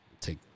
Take